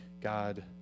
God